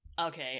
Okay